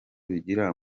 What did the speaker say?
bigira